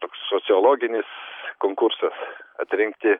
toks sociologinis konkursas atrinkti